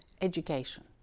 education